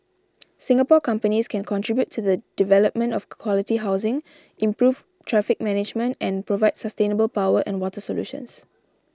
Singapore companies can contribute to the development of quality housing improve traffic management and provide sustainable power and water solutions